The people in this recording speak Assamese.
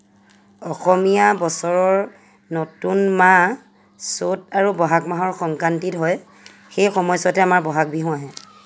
অসমীয়া বছৰৰ নতুন মাহ চ'ত আৰু ব'হাগ মাহৰ সংক্ৰান্তিত হয় সেই সময়ছোৱাতে আমাৰ ব'হাগ বিহু আহে